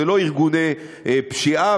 זה לא ארגוני פשיעה,